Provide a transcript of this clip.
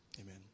Amen